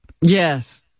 Yes